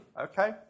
okay